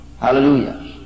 Hallelujah